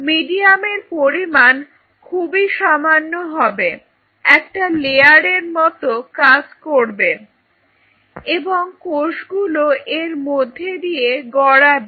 medium এর পরিমাণ খুবই সামান্য হবে একটা লেয়ারের মত কাজ করবে এবং কোষগুলো এর মধ্যে দিয়ে গড়াবে